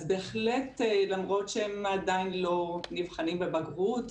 אז בהחלט, למרות שהם עדיין לא נבחנים בבגרות,